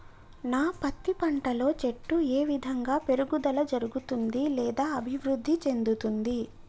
నా పత్తి పంట లో చెట్టు ఏ విధంగా పెరుగుదల జరుగుతుంది లేదా అభివృద్ధి చెందుతుంది?